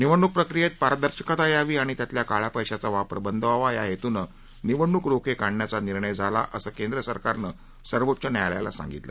निवडणुक प्रक्रियेत पारदर्शकता यावी आणि त्यातला काळ्या पशीचा वापर बंद व्हावा या हेतूनं निवडणुक रोखे काढण्याचा निर्णय झाला असं केंद्र सरकारनं सर्वोच्च न्यायालयाला सांगितलं